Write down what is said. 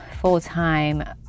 full-time